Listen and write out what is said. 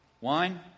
Wine